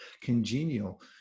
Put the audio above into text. congenial